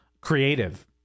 creative